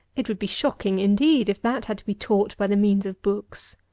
it would be shocking indeed if that had to be taught by the means of books.